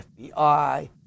FBI